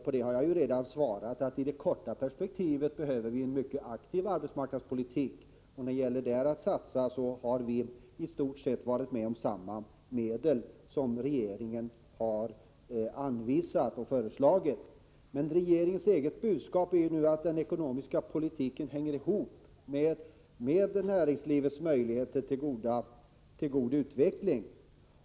På det har jag redan svarat att vi i det korta perspektivet behöver en mycket aktiv arbetsmarknadspolitik. När det gäller att satsa har vi i stort sett förordat lika stora medel som regeringen föreslagit där. Men regeringens eget budskap är ju att den ekonomiska politiken hänger i hop med näringslivets möjligheter till god utveckling.